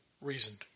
reasoned